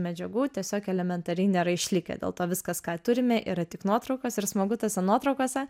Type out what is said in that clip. medžiagų tiesiog elementariai nėra išlikę dėl to viskas ką turime yra tik nuotraukas ir smagu tose nuotraukose